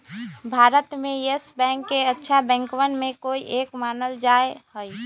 भारत में yes bank के अच्छा बैंकवन में से एक मानल जा हई